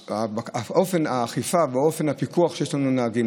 אופן האכיפה ואופן הפיקוח שיש לנו על נהגים.